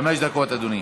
חמש דקות, אדוני.